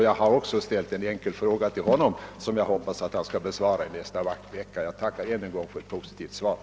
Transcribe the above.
Jag har också ställt en enkel fråga till honom, som jag hoppas att han kommer att besvara i nästa vecka. Jag tackar än en gång för det positiva svaret.